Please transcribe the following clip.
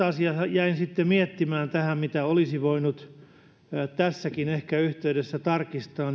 jäin sitten miettimään tässä erästä asiaa mitä olisi voinut tässäkin yhteydessä ehkä tarkistaa